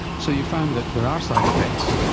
so you found that there are side effects,